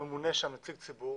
שממונה שם נציג ציבור,